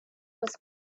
was